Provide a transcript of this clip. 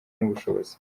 n’ubushobozi